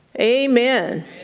Amen